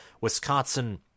Wisconsin